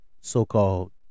so-called